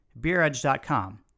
beeredge.com